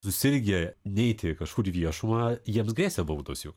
susirgę neiti kažkur į viešumą jiems grėsė baudos juk